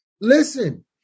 listen